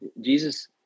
Jesus